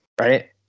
right